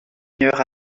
heure